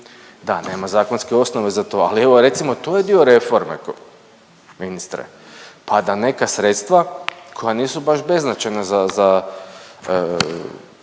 Da, nema zakonske osnove za to, ali evo recimo to je dio reforme ministre, pa da neka sredstva koja nisu baš beznačajna za,